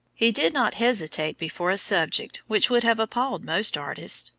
he did not hesitate before a subject which would have appalled most artists,